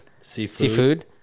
Seafood